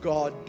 God